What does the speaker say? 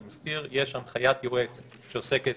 אני מזכיר שיש הנחיית יועץ שעוסקת